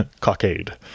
cockade